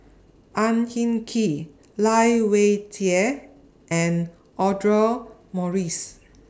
Ang Hin Kee Lai Weijie and Audra Morrice